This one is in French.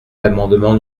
l’amendement